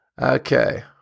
Okay